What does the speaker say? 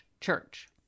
church